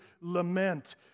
lament